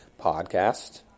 podcast